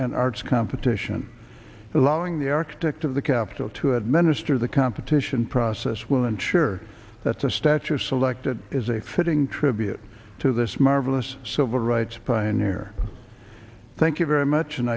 an arts company ition allowing the architect of the capitol to administer the competition process will ensure that such stature selected is a fitting tribute to this marvelous civil rights pioneer thank you very much